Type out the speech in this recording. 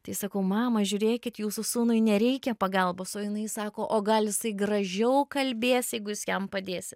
tai sakau mama žiūrėkit jūsų sūnui nereikia pagalbos o jinai sako o gal jisai gražiau kalbės jeigu jūs jam padėsit